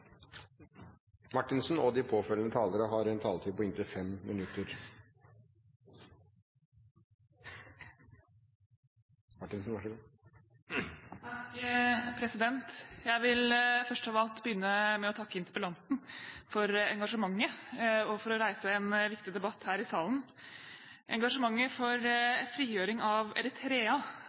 Jeg vil først av alt begynne med å takke interpellanten for engasjementet og for å reise en viktig debatt her i salen. Engasjementet for frigjøring av Eritrea